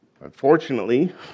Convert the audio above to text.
Unfortunately